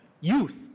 Youth